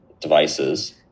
devices